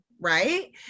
right